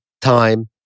time